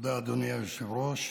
אדוני היושב-ראש.